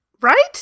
Right